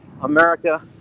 America